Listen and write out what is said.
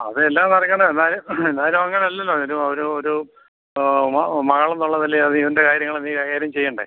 അതെല്ലാം നടക്കണ്ടേ എന്നാലും എന്നാലും അങ്ങനെയല്ലല്ലോ ഒരു ഒരു ഒരു മകളെന്നുള്ള നിലയിൾ അതിവന്റെ കാര്യങ്ങൾ നീ കൈകാര്യം ചെയ്യണ്ടേ